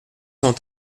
cent